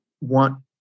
want